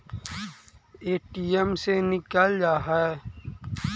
ATM से निकल जा है?